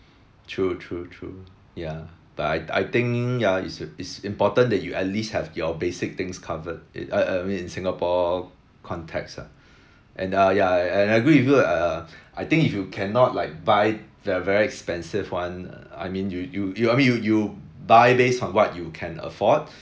true true true ya but I I think ya it's it's important that you at least have your basic things covered it uh uh I mean in singapore context lah and uh ya and I agree with you lah uh I think if you cannot like buy ver~ very expensive one I mean you you you I mean you you buy based on what you can afford